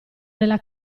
nella